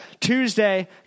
Tuesday